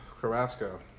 Carrasco